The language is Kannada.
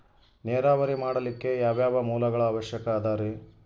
ನೇರಾವರಿ ಮಾಡಲಿಕ್ಕೆ ಯಾವ್ಯಾವ ಮೂಲಗಳ ಅವಶ್ಯಕ ಅದರಿ?